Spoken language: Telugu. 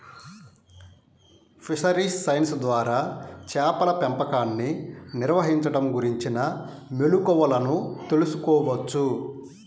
ఫిషరీస్ సైన్స్ ద్వారా చేపల పెంపకాన్ని నిర్వహించడం గురించిన మెళుకువలను తెల్సుకోవచ్చు